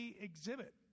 exhibit